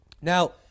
Now